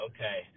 Okay